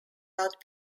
not